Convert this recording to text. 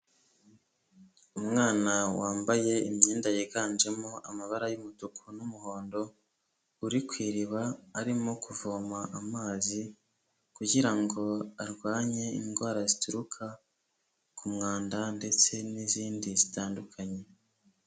Umwana wambaye imyenda yiganjemo amabara y'umutuku n'umuhondo, uri ku iriba arimo kuvoma amazi kugira ngo arwanye indwara zituruka ku mwanda ndetse n'izindi zitandukanye.